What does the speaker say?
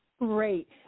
Great